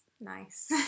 nice